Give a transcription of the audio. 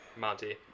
monty